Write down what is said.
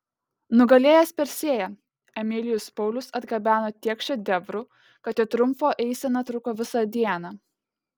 nugalėjęs persėją emilijus paulius atgabeno tiek šedevrų kad jo triumfo eisena truko visą dieną